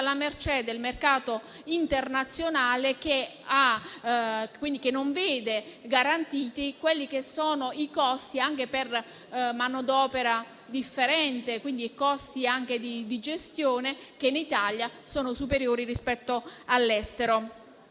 alla mercé del mercato internazionale, che non vede garantiti i costi, anche per la manodopera differente e i costi di gestione, che in Italia sono superiori rispetto all'estero.